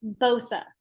Bosa